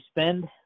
spend